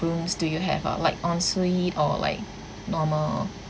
rooms do you have uh like en-suite or like normal